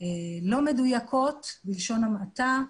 לא מדויקות בלשון המעטה.